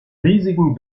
riesigen